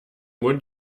mond